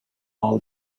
all